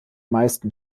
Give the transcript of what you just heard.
meisten